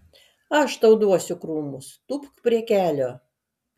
aš tau duosiu krūmus tūpk prie kelio